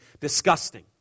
disgusting